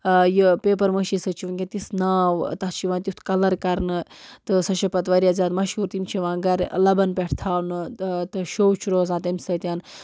یہِ پیپر معٲشی سۭتۍ چھِ وٕنۍکٮ۪ن تِژھ ناو تَتھ چھِ یِوان تیُتھ کَلَر کرنہٕ تہٕ سۄ چھےٚ پَتہٕ واریاہ زیادٕ مشہوٗر تِم چھےٚ یِوان گَرٕ لَبَن پٮ۪ٹھ تھاونہٕ تہٕ تہٕ شو چھِ روزان تَمہِ سۭتۍ